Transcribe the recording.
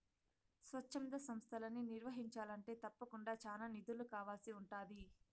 స్వచ్ఛంద సంస్తలని నిర్వహించాలంటే తప్పకుండా చానా నిధులు కావాల్సి ఉంటాది